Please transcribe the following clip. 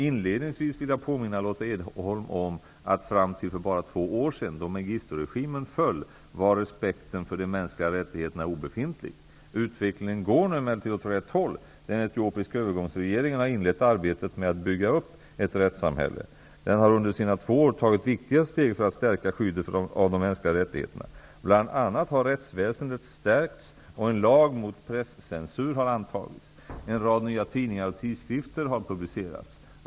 Inledningsvis vill jag påminna Lotta Edholm om att fram till för bara två år sedan, då Mengisturegimen föll, respekten för de mänskliga rättigheterna var obefintlig. Utvecklingen går nu emellertid åt rätt håll. Den etiopiska övergångsregeringen har inlett arbetet med att bygga upp ett rättssamhälle. Den har under sina två år tagit viktiga steg för att stärka skyddet av de mänskliga rättigheterna. Bl.a. har rättsväsendet stärkts, och en lag mot presscensur har antagits. En rad nya tidningar och tidskrifter har publicerats.